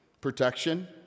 protection